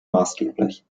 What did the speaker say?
maßgeblich